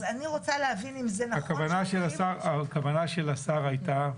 אז אני רוצה להבין אם זה נכון --- הכוונה של השר הייתה,